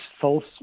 false